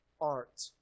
art